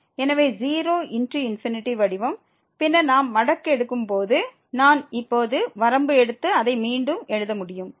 எனவே 0×∞ வடிவம் பின்னர் நாம் மடக்கு எடுக்கும் போது நான் இப்போது வரம்பு எடுத்து அதை மீண்டும் எழுத முடியும்